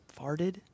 farted